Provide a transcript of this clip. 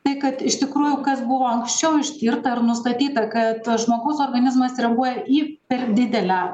tai kad iš tikrųjų kas buvo anksčiau ištirta ir nustatyta kad žmogaus organizmas reaguoja į per didelę